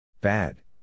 Bad